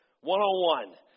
one-on-one